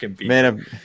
man